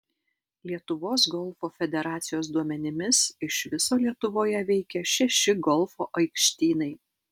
lietuvos golfo federacijos duomenimis iš viso lietuvoje veikia šeši golfo aikštynai